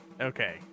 Okay